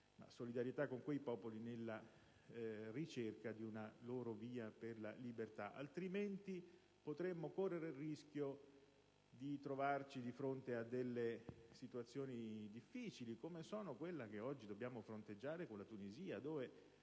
economico - con quei popoli, nella ricerca di una loro via per la libertà. Potremmo altrimenti correre il rischio di trovarci di fronte a situazioni difficili, come quella che oggi dobbiamo fronteggiare in Tunisia, dove